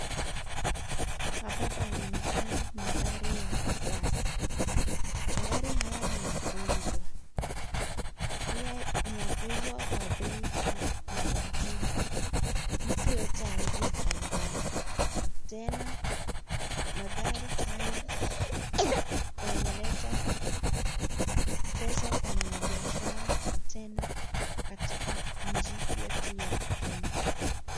Hapa panaonekana magari ya kisasa. Magari haya ni ya kuuzwa. Pia ni ya kuuzwa kwa bei ya juu. Mtu yeyote hawezi akahifadhi, tena magari haya yanaleta pesa kwa mwanabiashara tena katika nchi yetu ya Kenya.